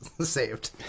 saved